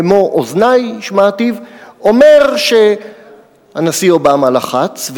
במו-אוזני שמעתיו אומר שהנשיא אובמה לחץ,